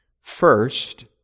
First